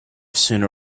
sooner